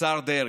לשר דרעי: